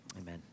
amen